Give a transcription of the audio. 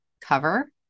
cover